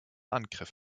angriff